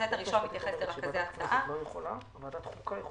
הסטים הבאים